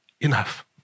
enough